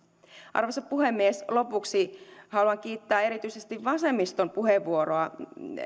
arvoisa puhemies lopuksi haluan kiittää erityisesti vasemmiston puheenvuoroa